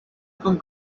con